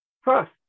first